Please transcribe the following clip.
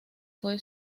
fue